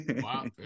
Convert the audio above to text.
Wow